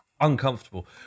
uncomfortable